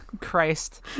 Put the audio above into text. Christ